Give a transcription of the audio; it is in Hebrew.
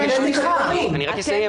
--- אני רק אסיים.